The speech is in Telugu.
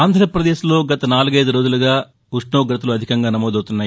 ఆంధ్రప్రదేశ్లో గత నాలుగైదు రోజులుగా ఉష్ణోగ్రతలు అధికంగా నమోదవుతున్నాయి